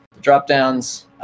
drop-downs